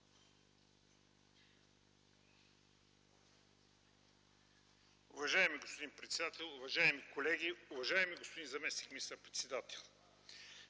Уважаеми господин председател, уважаеми колеги! Уважаеми господин заместник министър-председател,